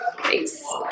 Thanks